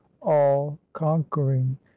all-conquering